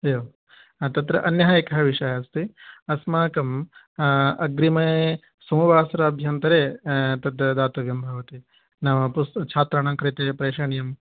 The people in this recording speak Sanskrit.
एवं तत्र अन्यः एकः विषय अस्ति अस्माकम् अग्रिमे सोमवासराभ्यन्तरे तद् दातव्यं भवति नाम पुस् छात्राणां कृते प्रेषणीयम्